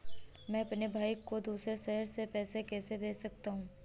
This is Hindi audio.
मैं अपने भाई को दूसरे शहर से पैसे कैसे भेज सकता हूँ?